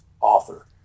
author